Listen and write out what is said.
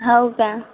होय का